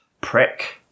Prick